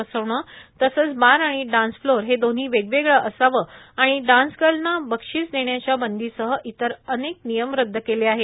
बसवणं तसंच बार आणि डान्स फ्लोर हे दोन्ही वेगवेगळ असावं आणि डान्सगर्लना बक्षीस देण्याच्या बंदीसह इतर अनेक नियम रद्द केले आहेत